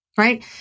Right